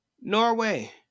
norway